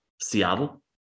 Seattle